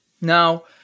Now